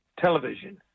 television